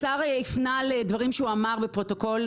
השר הפנה לדברים שהוא אמר בפרוטוקול